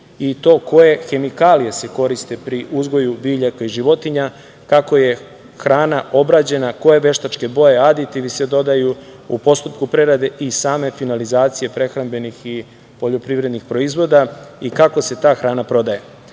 i to koje hemikalije se koriste pri uzgoju biljaka i životinja, kako je hrana obrađena, koje veštačke boje i aditivi se dodaju u postupku prerade i same finalizacije prehrambenih i poljoprivrednih proizvoda i kako se ta hrana prodaje. Takođe,